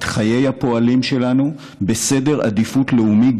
את חיי הפועלים שלנו בסדר העדיפויות הלאומי,